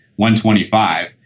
125